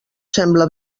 sembla